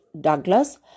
douglas